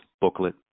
booklet